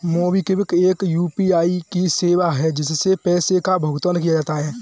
MobiKwik एक UPI की सेवा है, जिससे पैसे का भुगतान किया जाता है